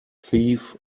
thief